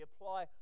apply